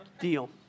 deal